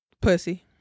Pussy